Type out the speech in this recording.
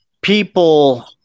people